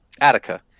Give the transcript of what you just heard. Attica